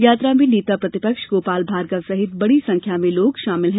यात्रा में नेता प्रतिपक्ष गोपाल भार्गव सहित बड़ी संख्या में लोग शामिल हैं